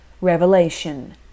Revelation